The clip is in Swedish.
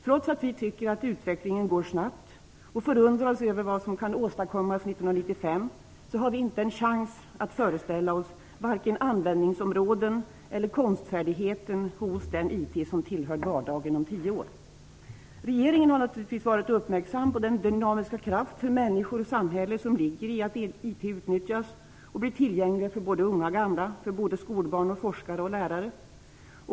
Trots att vi tycker att utvecklingen går snabbt och förundras över vad som kan åstadkommas 1995, har vi inte en chans att föreställa oss vare sig användningsområden eller konstfärdigheten hos den IT som om tio år tillhör vardagen. Regeringen har naturligtvis varit uppmärksam på den dynamiska kraft för människor och samhälle som ligger i att IT utnyttjas och blir tillgänglig för både unga och gamla - för skolbarn, forskare och lärare.